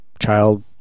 child